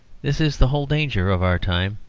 this is the whole danger of our time.